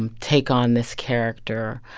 um take on this character,